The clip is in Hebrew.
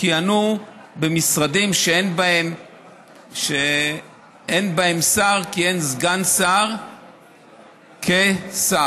כיהנו במשרדים שאין בהם שר, כיהן סגן שר כשר.